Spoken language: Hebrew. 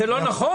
מה, זה לא נכון?